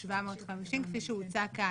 ל-13,750 כפי שהוצע כאן,